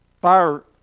Fire